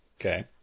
okay